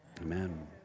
Amen